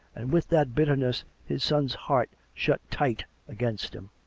and with that bitterness his son's heart shut tight against him.